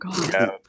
god